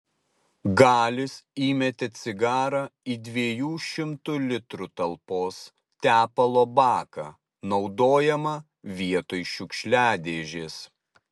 galis įmetė cigarą į dviejų šimtų litrų talpos tepalo baką naudojamą vietoj šiukšliadėžės